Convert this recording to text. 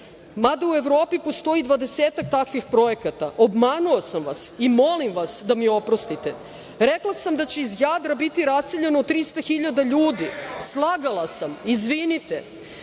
mada u Evropi postoji dvadesetak takvih projekata, obmanuo sam vas i molim vas da mi oprostite. Rekao sam da će iz Jadra biti raseljeno 300.000 ljudi, slagao sam, izvinite.